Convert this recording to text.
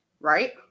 right